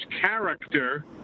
character